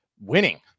winning